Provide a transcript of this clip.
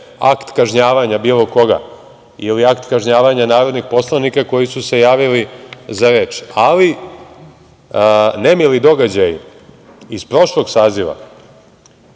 akt kažnjavanja bilo koga ili akt kažnjavanja Narodnih poslanika koji su se javili za reč, ali nemili događaji iz prošlog saziva,